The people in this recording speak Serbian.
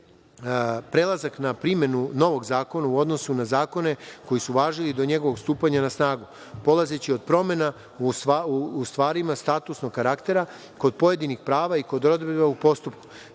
prelazak na primenu novog zakona u odnosu na zakone koji su važili do njegovog stupanja na snagu. Polazeći od promena u stvarima statusnog karaktera, kod pojedinih prava i kod odredaba u postupku,